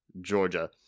Georgia